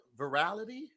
virality